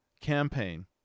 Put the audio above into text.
campaign